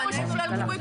אבל פנינו לא לכיבוי,